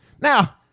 Now